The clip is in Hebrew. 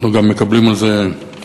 אנחנו גם מקבלים על זה הדים.